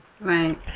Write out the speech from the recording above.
Right